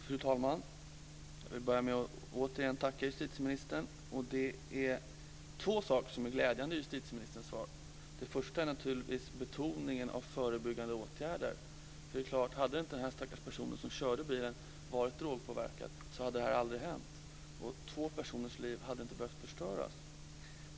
Fru talman! Jag vill börja med att återigen tacka justitieministern. Det är två saker som är glädjande i justitieministerns svar. Det första är naturligtvis betoningen av förebyggande åtgärder. Hade inte den stackars personen som körde bilen varit drogpåverkad hade olyckan aldrig hänt. Två personers liv hade inte behövt bli förstörda.